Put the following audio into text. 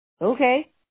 Okay